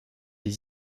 des